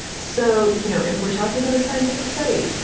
so, you know, if we're talking about a scientific study,